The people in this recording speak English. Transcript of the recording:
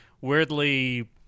weirdly